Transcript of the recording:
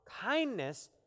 kindness